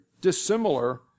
dissimilar